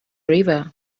river